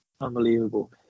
Unbelievable